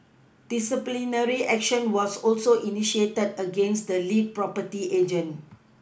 disciplinary action was also initiated against the lead property agent